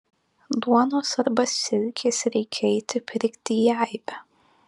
duonos arba silkės reikia eiti pirkti į aibę